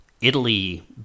Italy